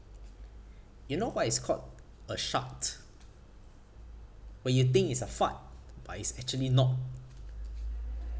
you know why it's called a shart when you think it's a fart but it's actually not